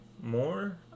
more